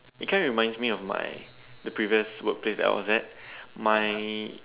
it kind of reminds me of my the previous workplace that I was at my